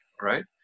right